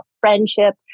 friendship